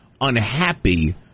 unhappy